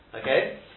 okay